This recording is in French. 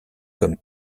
comme